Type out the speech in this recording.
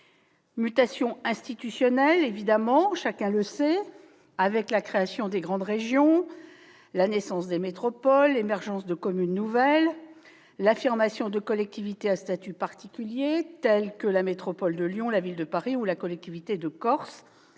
mutations institutionnelles, évidemment, chacun le sait, avec la création des grandes régions, la naissance de métropoles, l'émergence de communes nouvelles, l'affirmation de collectivités à statut particulier, telles que la métropole de Lyon, la Ville de Paris ou la collectivité de Corse,